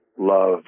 love